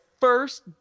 first